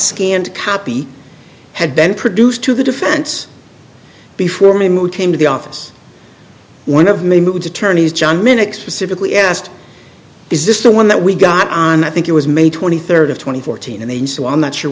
scanned copy had been produced to the defense before me move came to the office one of my moods attorneys john minix specifically asked is this the one that we got on i think it was may twenty third of twenty fourteen and so on not sure